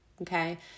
Okay